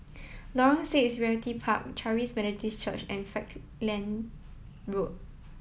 Lorong six Realty Park Charis Methodist Church and Falkland Road